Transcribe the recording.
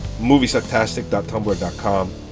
moviesucktastic.tumblr.com